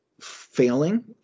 failing